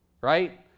right